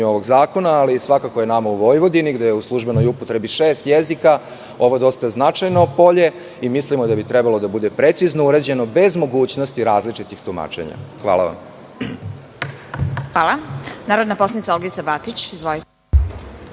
ovog zakona, ali svakako je nama u Vojvodini, gde je u službenoj upotrebi šest jezika, ovo dosta značajno polje. Mislimo da bi trebalo da bude precizno uređeno, bez mogućnosti različitih tumačenja. Hvala. **Vesna Kovač** Hvala. Reč ima narodna poslanica Olgica Batić. **Olgica